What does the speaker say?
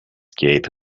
gate